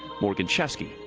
morgan chesky,